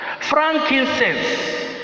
Frankincense